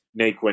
Naquin